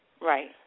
Right